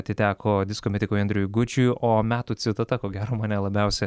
atiteko disko metikui andriui gudžiui o metų citata ko gero mane labiausia